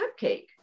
cupcake